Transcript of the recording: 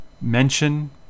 mention